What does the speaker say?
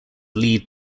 lead